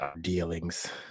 dealings